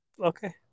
Okay